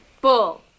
Bull